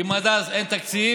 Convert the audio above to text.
אם עד אז אין תקציב,